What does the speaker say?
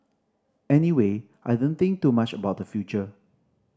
anyway I don't think too much about the future